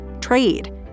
trade